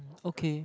okay